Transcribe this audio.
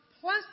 plus